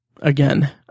again